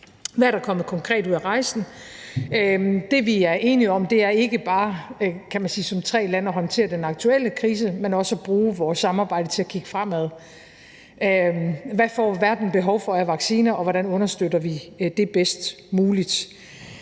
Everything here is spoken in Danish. Hvad er der kommet konkret ud af rejsen? Det, vi er enige om, er ikke bare som tre lande at håndtere den aktuelle krise, men også at bruge vores samarbejde til at kigge fremad. Hvad får verden behov for af vacciner, og hvordan understøtter vi det bedst muligt?